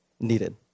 needed